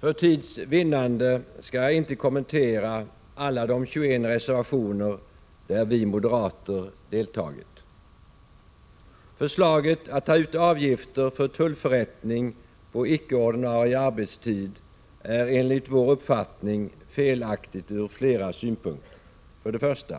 För tids vinnande skall jag inte kommentera alla de 21 reservationer där vi moderater har deltagit. Förslaget att ta ut avgifter för tullförrättning på icke ordinarie arbetstid är enligt vår uppfattning felaktigt ur flera synpunkter: 1.